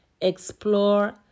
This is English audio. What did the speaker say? explore